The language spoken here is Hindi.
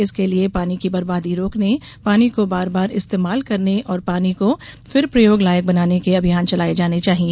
इसके लिए पानी की बर्बादी रोकने पानी को बार बार इस्तेमाल करने और पानी को फिर प्रयोग लायक बनाने के अभियान चलाये जाने चाहिए